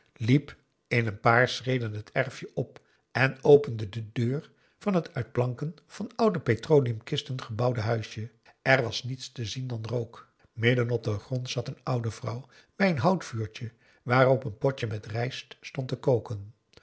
liep in een paar schreden het erfje op en opende de deur van het uit planken van oude petroleum kisten gebouwde huisje er was niets te zien dan rook midden op den grond zat een oude vrouw bij een houtvuurtje waarop p a daum de van der lindens c s onder ps maurits een potje met rijst stond te koken